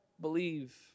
believe